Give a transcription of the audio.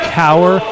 cower